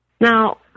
Now